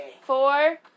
four